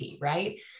right